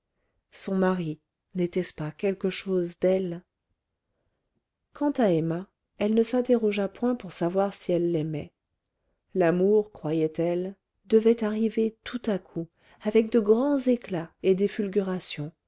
son mari n'était-ce pas quelque chose d'elle quant à emma elle ne s'interrogea point pour savoir si elle l'aimait l'amour croyait-elle devait arriver tout à coup avec de grands éclats et des